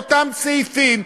האוכלוסייה.